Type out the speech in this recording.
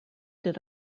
did